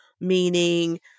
meaning